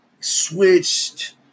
switched